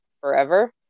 forever